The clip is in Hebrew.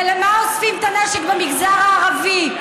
ולמה אוספים את הנשק במגזר הערבי?